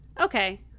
Okay